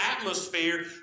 atmosphere